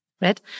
right